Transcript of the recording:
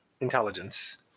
intelligence